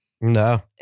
No